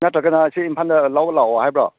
ꯅꯠꯇ꯭ꯔꯒꯅ ꯁꯤ ꯏꯝꯐꯥꯜꯗ ꯂꯧꯕ ꯂꯥꯛꯎ ꯍꯥꯏꯕ꯭ꯔꯣ